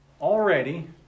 already